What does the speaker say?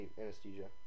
anesthesia